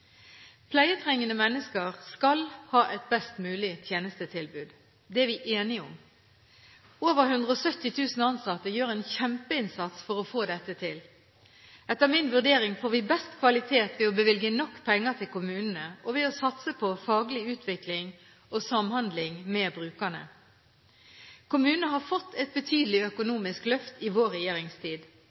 Pleietrengende mennesker skal ha et best mulig tjenestetilbud. Det er vi enige om. Over 170 000 ansatte gjør en kjempeinnsats for å få dette til. Etter min vurdering får vi best kvalitet ved å bevilge nok penger til kommunene, og ved å satse på faglig utvikling og samhandling med brukerne. Kommunene har fått et betydelig økonomisk løft i vår regjeringstid.